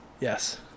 Yes